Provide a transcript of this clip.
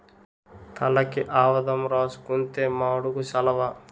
తలకి ఆవదం రాసుకుంతే మాడుకు సలవ